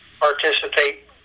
participate